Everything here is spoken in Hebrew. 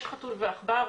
יש חתול ועכבר,